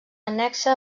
annexa